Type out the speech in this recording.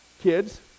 kids